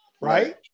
right